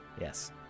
Yes